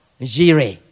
Jireh